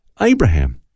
Abraham